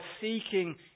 seeking